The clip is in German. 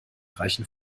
reichen